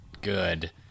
good